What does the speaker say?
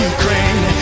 Ukraine